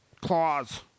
claws